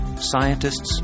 Scientists